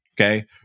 Okay